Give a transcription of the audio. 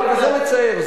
כמו בדרך כלל, וזה מצער.